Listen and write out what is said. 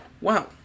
Wow